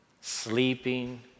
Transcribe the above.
sleeping